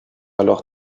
alors